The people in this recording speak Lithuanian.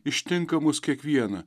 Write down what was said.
ištinka mus kiekvieną